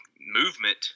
movement